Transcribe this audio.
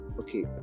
okay